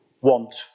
want